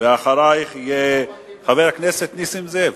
אחרייך יהיה חבר הכנסת נסים זאב.